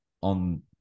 on